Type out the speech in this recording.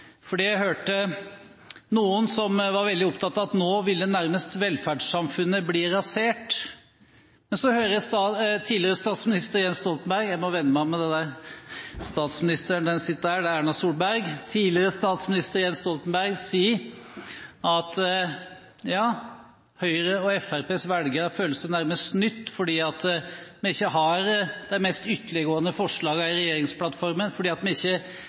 for jeg hørte noen som var veldig opptatt av at nå ville velferdssamfunnet nærmest bli rasert. Men så hører jeg statsminister Jens Stoltenberg – jeg må venne meg av med dette, statsministeren sitter der, det er Erna Solberg – tidligere statsminister Jens Stoltenberg si at Høyres og Fremskrittspartiets velgere nærmest føler seg snytt fordi vi ikke har de mest ytterliggående forslagene i regjeringsplattformen, fordi vi ikke